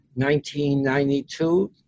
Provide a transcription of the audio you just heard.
1992